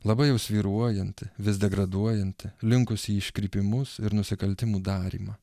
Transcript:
labai jau svyruojanti vis degraduojanti linkusi į iškrypimus ir nusikaltimų darymą